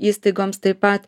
įstaigoms taip pat